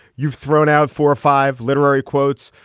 you've thrown out four or five literary quotes.